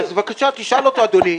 בבקשה, תשאל אותו, אדוני.